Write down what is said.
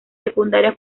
secundaria